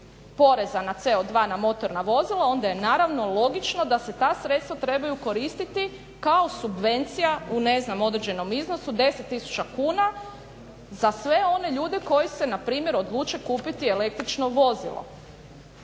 poreza na CO2 na motorna vozila onda je naravno logično da se ta sredstva trebaju koristiti kao subvencija u ne znam određenom iznosu 10 tisuća kuna za sve one ljude koji se npr. odluče kupiti električno vozilo